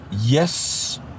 Yes